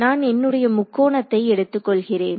நான் என்னுடைய முக்கோணத்தை எடுத்துக் கொள்கிறேன்